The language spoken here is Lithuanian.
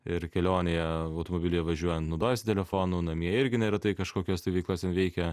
ir kelionėje automobilyje važiuojant naudojasi telefonu namie irgi neretai kažkokias tai veiklas ten veikia